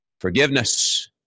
Forgiveness